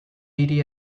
hiri